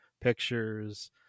pictures